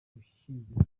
gushyingira